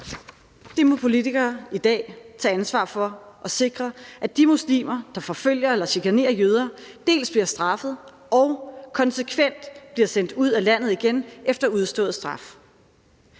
Det må politikere i dag tage ansvar for og sikre, altså at de muslimer, der forfølger eller chikanerer jøder, dels bliver straffet, dels konsekvent bliver sendt ud af landet igen efter udstået straf.